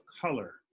color